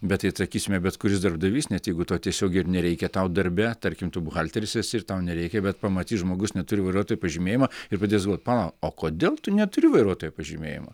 bet tai atsakysime bet kuris darbdavys net jeigu to tiesiogiai ir nereikia tau darbe tarkim tu buhalteris esi ir tau nereikia bet pamatys žmogus neturi vairuotojo pažymėjimo ir pradės galvot palauk o kodėl tu neturi vairuotojo pažymėjimo